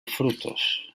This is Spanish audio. frutos